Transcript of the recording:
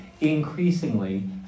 increasingly